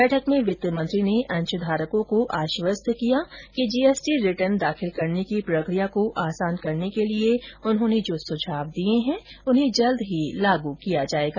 बैठक में वित्त मंत्री ने अंशधारकों को आश्वस्त किया है कि जीएसटी रिटर्न दाखिल करने की प्रक्रिया को आसान करने के लिए उन्होंने जो सुझाव दिए है उन्हें जल्दी ही लागू किया जाएगा